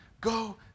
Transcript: go